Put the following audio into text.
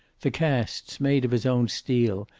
the casts, made of his own steel,